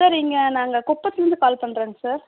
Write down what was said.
sir இங்கே நாங்கள் குப்பத்துலேருந்து கால் பண்ணுறோங்க சார்